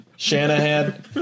Shanahan